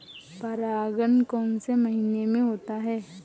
परागण कौन से महीने में होता है?